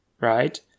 right